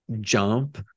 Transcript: jump